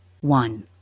one